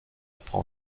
prend